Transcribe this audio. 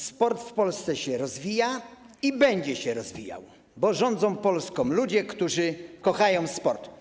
Sport w Polsce się rozwija i będzie się rozwijał, bo Polską rządzą ludzie, którzy kochają sport.